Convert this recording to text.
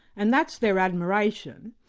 and that's their admiration.